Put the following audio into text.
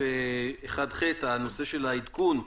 הנושא של העדכון,